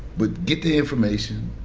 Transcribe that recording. but get the information,